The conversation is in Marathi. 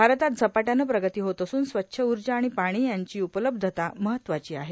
भारतात झपाट्यानं प्रगती होत असून स्वच्छ ऊर्जा आणि पाणी याची उपलब्धता महत्वाची आहे